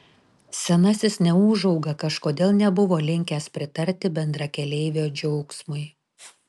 senasis neūžauga kažkodėl nebuvo linkęs pritarti bendrakeleivio džiaugsmui